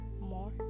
more